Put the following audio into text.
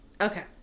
Okay